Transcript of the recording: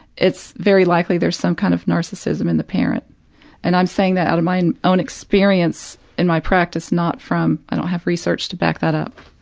it's very likely there's there's some kind of narcissism in the parent and i'm saying that out of my and own experience in my practice, not from i don't have research to back that up.